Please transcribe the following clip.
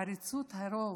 "עריצות הרוב",